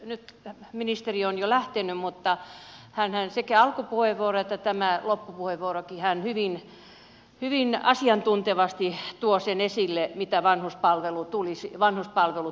nyt ministeri on jo lähtenyt mutta hänhän sekä alkupuheenvuorossa että tässä loppupuheenvuorossakin hyvin asiantuntevasti toi sen esille mitä vanhuspalvelut tulisi vanhat palvelut